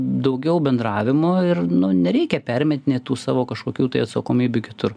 daugiau bendravimo ir nu nereikia permetinėt tų savo kažkokių tai atsakomybių kitur